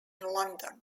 london